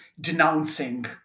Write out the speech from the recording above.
denouncing